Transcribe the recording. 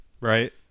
Right